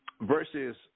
versus